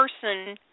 person